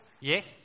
Yes